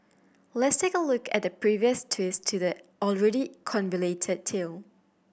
let's take a look at the previous twists to the already convoluted tale